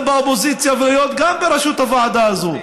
באופוזיציה וגם להיות בראשות הוועדה הזאת,